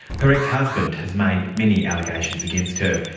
her ex-husband has made many allegations against her.